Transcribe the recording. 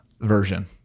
version